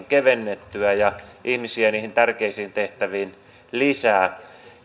kevennettyä ja ihmisiä niihin tärkeisiin tehtäviin lisää